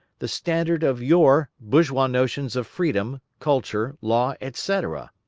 the standard of your bourgeois notions of freedom, culture, law, etc.